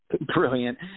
brilliant